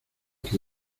que